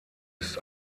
ist